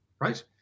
right